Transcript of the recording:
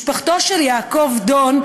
משפחתו של יעקב דון,